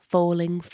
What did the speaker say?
Falling